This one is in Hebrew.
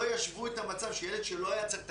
ושלא ישוו את המצב עם ילד שלא היה צריך את